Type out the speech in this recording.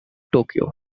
tokyo